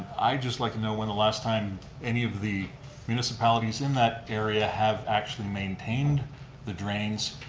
i'd just like to know when the last time any of the municipalities in that area have actually maintained the drains,